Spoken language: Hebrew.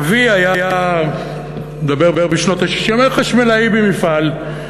אבי היה, אני מדבר בשנות ה-60, חשמלאי במפעל.